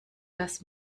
das